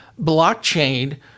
Blockchain